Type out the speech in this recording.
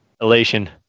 elation